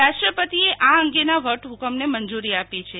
રાષ્ટ્રપતિએ આ અંગેના વટહુકમને મંજૂરી આપી છે